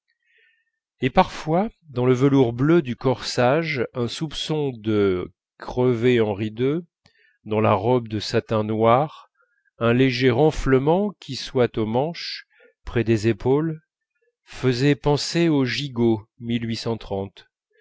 et parfois dans le velours bleu du corsage un soupçon de crevé henri ii dans la robe de satin noir un léger renflement qui soit aux manches près des épaules faisaient penser aux gigots